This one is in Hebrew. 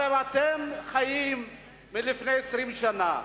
הרי אתם חיים לפני 20 שנה.